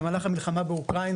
במהלך המלחמה באוקראינה,